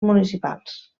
municipals